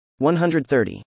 130